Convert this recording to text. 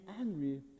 angry